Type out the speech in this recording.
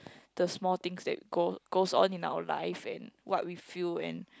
the small things that go goes on in our life and what we feel and